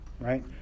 right